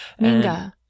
Minga